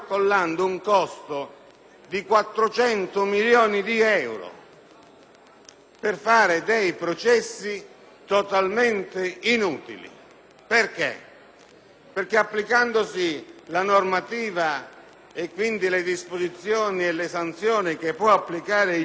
per fare dei processi totalmente inutili. Applicandosi la normativa e quindi le disposizioni e le sanzioni che può adottare il giudice di pace, poiché la sanzione